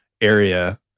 area